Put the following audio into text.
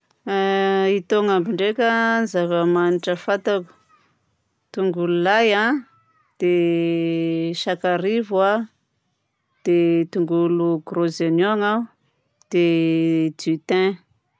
A itony aby ndraika zava-manitra fantako: tongolo lay a, dia sakarivo a, dia tongolo gros oignongna a, dia du thym.